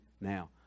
Now